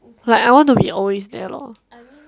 like I want to be always there lor